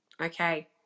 okay